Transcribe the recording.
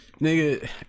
Nigga